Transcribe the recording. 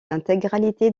l’intégralité